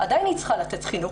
עדיין היא צריכה לתת חינוך,